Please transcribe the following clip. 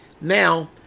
now